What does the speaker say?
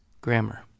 grammar